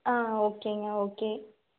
ஆ ஓகேங்க ஓகே